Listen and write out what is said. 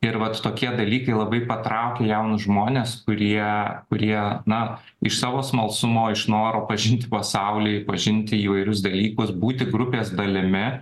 ir vat tokie dalykai labai patraukia jaunus žmones kurie prie namo iš savo smalsumo iš noro pažinti pasaulį pažinti įvairius dalykus būti grupės dalimi